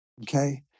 okay